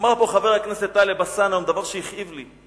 אמר פה חבר הכנסת טלב אלסאנע דבר שהכאיב לי,